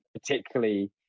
particularly